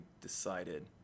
decided